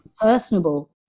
personable